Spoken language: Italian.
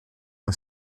una